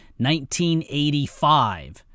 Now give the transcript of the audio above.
1985